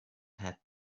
had